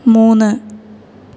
മൂന്ന്